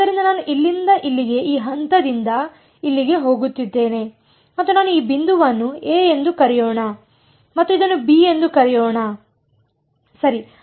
ಆದ್ದರಿಂದ ನಾನು ಇಲ್ಲಿಂದ ಇಲ್ಲಿಗೆ ಈ ಹಂತದಿಂದ ಇಲ್ಲಿಗೆ ಹೋಗುತ್ತಿದ್ದೇನೆ ಮತ್ತು ನಾನು ಈ ಬಿಂದುವನ್ನು ಎ ಎಂದು ಕರೆಯೋಣ ಮತ್ತು ಇದನ್ನು ಬಿ ಎಂದು ಕರೆಯೋಣ ಸರಿ